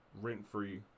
rent-free